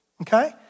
Okay